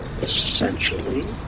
Essentially